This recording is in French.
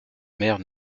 mère